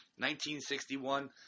1961